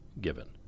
given